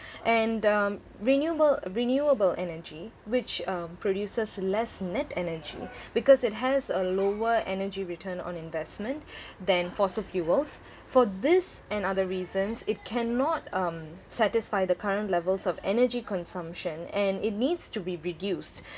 and um renewable renewable energy which um produces less net energy because it has a lower energy return on investment than fossil fuels for this and other reasons it cannot um satisfy the current levels of energy consumption and it needs to be reduced